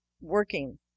working